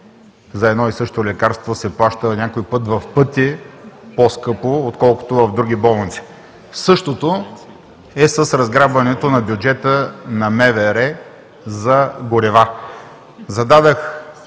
за едно и също лекарство се плаща по някой път в пъти по-скъпо, отколкото в други болници. Същото е с разграбването на бюджета на МВР за горива.